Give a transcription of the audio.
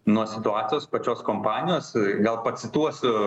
nuo situacijos pačios kompanijos gal pacituosiu